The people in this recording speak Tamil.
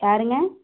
யாருங்க